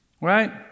Right